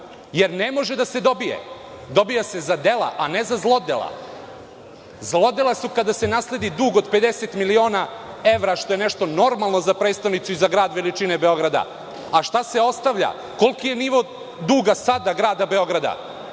jer ne može da se dobije. Dobija se za dela a ne za zlodela. Zlodela su kada se nasledi dug od 50 miliona evra, što je nešto normalno za prestonicu i za grad veličine Beograda, a šta se ostavlja? Koliki je nivo duga sada grada Beograda?